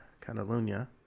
Catalunya